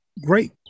Great